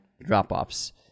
drop-offs